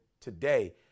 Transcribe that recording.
today